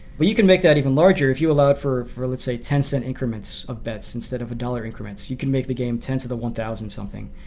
but you can make that even larger if you allow is, for let's say, ten cent increments of bets instead of a dollar increments. you can make the game ten to the one thousand something.